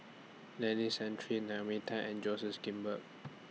Denis Santry Naomi Tan and Joseph Grimberg